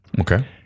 Okay